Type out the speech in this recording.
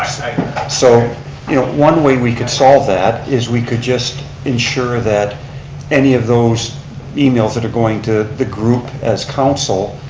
so you know one way we could solve that is we could just ensure that any of those emails that are going to the group as council,